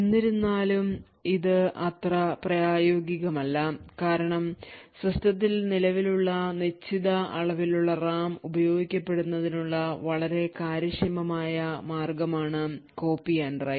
എന്നിരുന്നാലും ഇത് അത്ര അത്ര പ്രായോഗികമല്ല കാരണം സിസ്റ്റത്തിൽ നിലവിലുള്ള നിശ്ചിത അളവിലുള്ള RAM ഉപയോഗപ്പെടുത്തുന്നതിനുള്ള വളരെ കാര്യക്ഷമമായ മാർഗ്ഗമാണ് copy and write